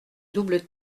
double